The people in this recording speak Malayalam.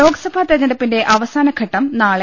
എം ലോക്സഭാ തിരഞ്ഞെടുപ്പിന്റെ അവസാനഘട്ടം നാളെ